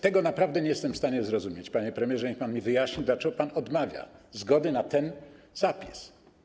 Tego naprawdę nie jestem w stanie zrozumieć, panie premierze, niech pan mi wyjaśni, dlaczego pan odmawia zgody na ten zapis.